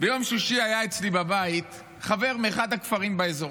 ביום שישי היה אצלי בבית חבר מאחד הכפרים באזור,